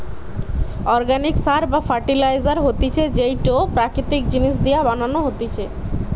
organic সার বা fertiliser হতিছে যেইটো প্রাকৃতিক জিনিস দিয়া বানানো হতিছে